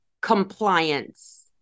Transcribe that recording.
compliance